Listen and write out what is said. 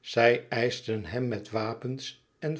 zij eischten hem met wapens en